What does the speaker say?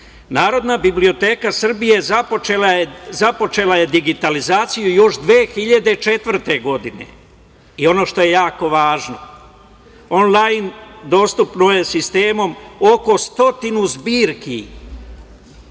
biblioteka Srbije je započela digitalizaciju još 2004. godine i ono što je jako važno, onlajn dostupno je sistemom oko 100 zbirki,